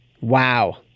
Wow